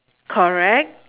correct